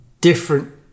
different